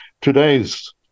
today's